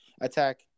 attack